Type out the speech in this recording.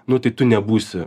nu tai tu nebūsi